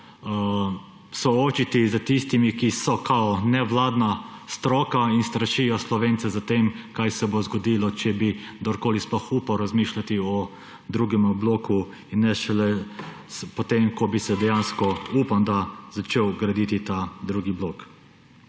soočiti s tistimi, ki so kao nevladna stroka in strašijo Slovence s tem, kaj se bo zgodilo, če bi kdorkoli sploh upal razmišljati o drugemu bloku in ne šele potem, ko bi se dejansko, upam, začel graditi ta drugi blok.